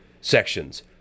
sections